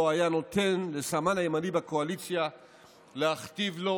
לא היה נותן לסמן הימני בקואליציה להכתיב לו